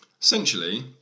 Essentially